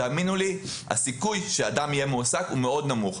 תאמינו לי שהסיכוי שאדם יהיה מועסק הוא מאוד נמוך.